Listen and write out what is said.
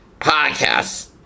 podcast